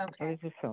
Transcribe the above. Okay